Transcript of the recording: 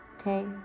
okay